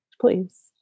Please